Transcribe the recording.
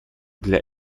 для